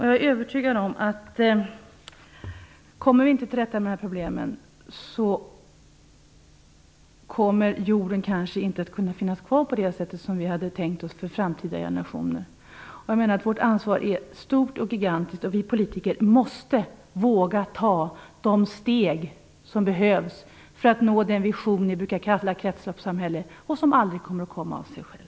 Jag är övertygad om att om vi inte kommer till rätta med de här problemen kommer jorden kanske inte att kunna finnas kvar på det sätt som vi har tänkt oss för framtida generationer. Vårt ansvar är stort och gigantiskt, och vi politiker måste våga ta de steg som behövs för att vi skall nå den vision vi brukar kalla kretsloppssamhället och som aldrig kommer att komma av sig själv.